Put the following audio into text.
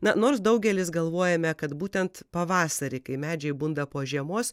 na nors daugelis galvojame kad būtent pavasarį kai medžiai bunda po žiemos